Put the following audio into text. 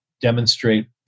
demonstrate